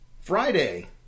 Friday